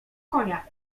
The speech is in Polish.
konia